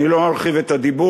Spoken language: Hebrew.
אני לא ארחיב את הדיבור.